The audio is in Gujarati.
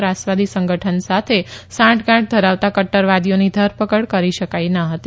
ત્રાસવાદી સંગઠન સાથે સાંઠસાંઠ ધરાવતા કદ્દરવાદીઓની ધરપકડ કરી શકાઇ ન હતી